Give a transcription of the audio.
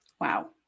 Wow